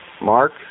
Mark